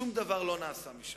שום דבר לא נעשה משם.